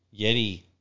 Yeti